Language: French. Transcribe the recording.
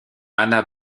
hanna